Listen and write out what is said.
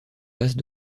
basses